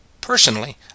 Personally